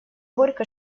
горько